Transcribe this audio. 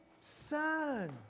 son